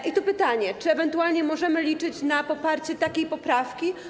I tu pytanie: Czy ewentualnie możemy liczyć na poparcie takiej poprawki?